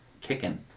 kicking